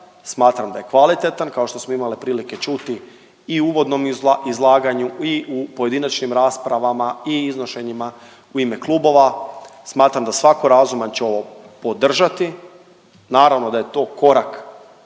smatram da je kvalitetan kao što smo imali prilike čuti i u uvodnom izlaganju i u pojedinačnim rasprava i iznošenjima u ime klubova. Smatram da svako razum će ovo podržati. Naravno da je to korak